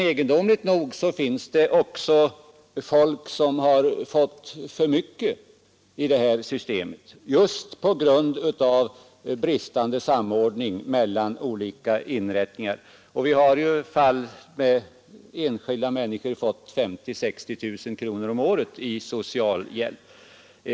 Egendomligt nog finns det också folk som har fått för mycket i det här systemet just på grund av bristande samordning mellan olika bidragsformer. Det finns fall där enskilda människor fått 50 000 eller 60 000 kronor om året i socialhjälp.